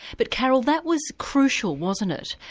but carole that was crucial wasn't it,